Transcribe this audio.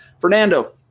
Fernando